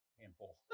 handful